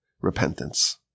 repentance